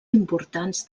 importants